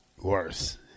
Worse